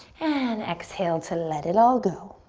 and exhale to let it all go.